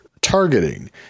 targeting